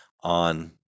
on